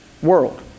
World